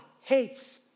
hates